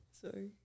Sorry